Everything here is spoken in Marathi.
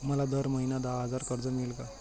मला दर महिना दहा हजार कर्ज मिळेल का?